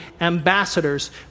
ambassadors